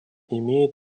имеет